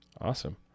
Awesome